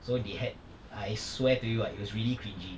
so they had I swear to you ah it was really cringey